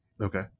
Okay